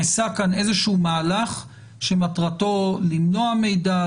איזשהו מהלך שמטרתו למנוע מידע,